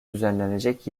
düzenlenecek